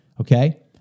okay